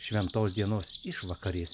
šventos dienos išvakarė